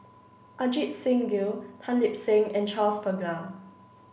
Ajit Singh Gill Tan Lip Seng and Charles Paglar